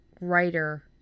writer